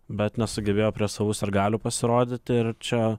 bet nesugebėjo prie savų sirgalių pasirodyti ir čia